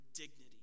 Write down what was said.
dignity